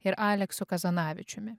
ir aleksu kazanavičiumi